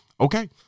Okay